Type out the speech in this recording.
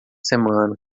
semana